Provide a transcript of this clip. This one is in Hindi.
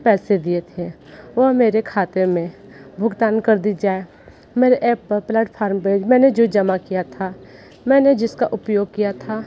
पैसे दिए थे वह मेरे खाते में भुगतान कर दी जाए मेरे ऐप पर प्लेटफार्म पर मैंने जो जमा किया था मैंने जिसका उपयोग किया था